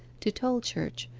to tolchurch,